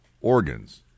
organs